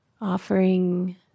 Offering